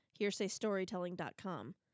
hearsaystorytelling.com